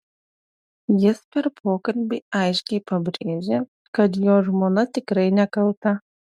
jis per pokalbį aiškiai pabrėžė kad jo žmona tikrai nekalta